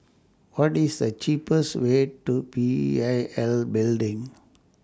What IS The cheapest Way to P I L Building